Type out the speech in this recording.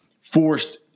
forced